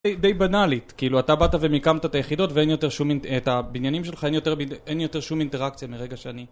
די בנאלית, כאילו אתה באת ומיקמת את היחידות ואין יותר שום את הבניינים שלך... ואין יותר שום אינטראקציה מרגע שאני